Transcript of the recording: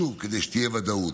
שוב, כדי שתהיה ודאות.